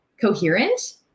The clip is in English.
coherent